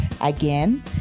Again